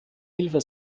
hilfe